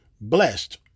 blessed